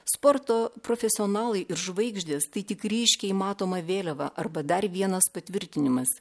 sporto profesionalai ir žvaigždės tai tik ryškiai matoma vėliava arba dar vienas patvirtinimas